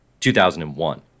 2001